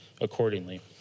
accordingly